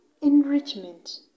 enrichment